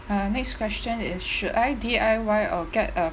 uh next question is should I D_I_Y or get a